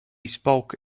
spoke